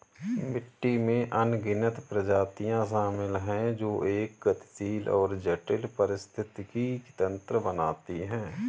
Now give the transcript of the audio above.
मिट्टी में अनगिनत प्रजातियां शामिल हैं जो एक गतिशील और जटिल पारिस्थितिकी तंत्र बनाती हैं